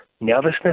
Nervousness